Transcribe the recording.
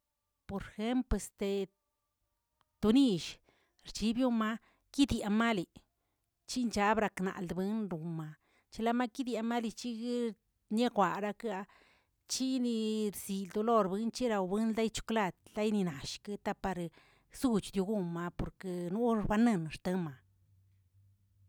Por jempl este wnill rchibiomaꞌa yiꞌyamali, chinchalbakrawendoꞌma chilamakiria marichiyigə niajwarakə, chinids chindolor wincherawin laychoklad tayninallshkita par suchsogunma porke nool xbaneman xteman.